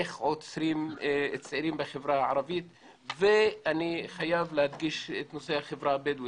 איך עוצרים צעירים בחברה הערבית ואני חייב להדגיש את החברה הבדואית.